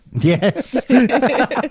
Yes